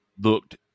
looked